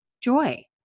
joy